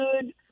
good